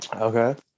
Okay